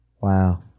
Wow